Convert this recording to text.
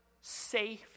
safe